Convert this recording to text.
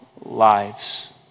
lives